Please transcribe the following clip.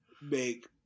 make